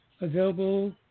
available